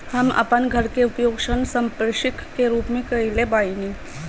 हम अपन घर के उपयोग ऋण संपार्श्विक के रूप में कईले बानी